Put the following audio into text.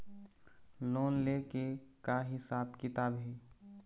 Loan ले के का हिसाब किताब हे?